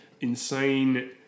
insane